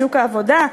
בשוק העבודה,